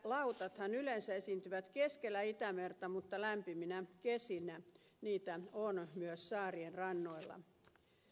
sinilevälautathan yleensä esiintyvät keskellä itämerta mutta lämpiminä kesinä niitä on myös saarien rannoilla